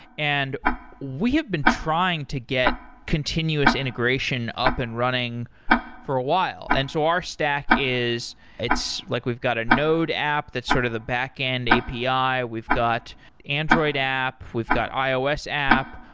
and we have been trying to get continuous integration up and running for a while. and so our stack is it's like we've got a node app that sort of the backend api. we've got android app. we've got ios app.